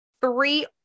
three